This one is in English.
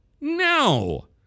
No